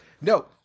No